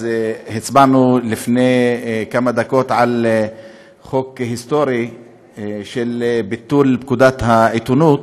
אז הצבענו לפני כמה דקות על חוק היסטורי של ביטול פקודת העיתונות,